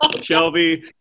Shelby